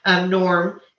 norm